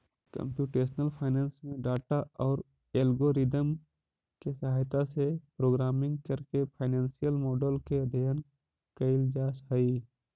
computational finance में data औउर algorithm के सहायता से प्रोग्रामिंग करके फाइनेंसियल मॉडल के अध्ययन कईल जा हई